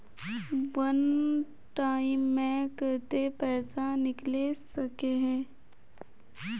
वन time मैं केते पैसा निकले सके है?